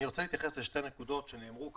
אני רוצה להתייחס לשתי נקודות שנאמרו כאן,